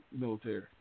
military